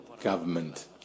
government